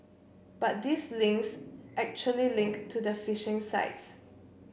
but these links actually link to the phishing sites